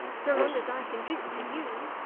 so long as i can drink to you.